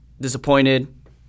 disappointed